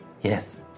Yes